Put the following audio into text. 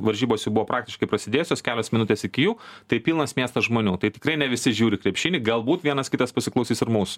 varžybos jau buvo praktiškai prasidėjusios kelios minutės iki jų tai pilnas miestas žmonių tai tikrai ne visi žiūri krepšinį galbūt vienas kitas pasiklausys ir mūsų